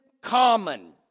common